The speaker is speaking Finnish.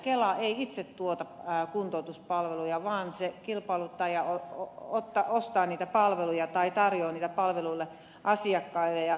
kela ei itse tuota kuntoutuspalveluja vaan se kilpailuttaa ja ostaa niitä palveluja tai tarjoaa niitä palveluja asiakkaille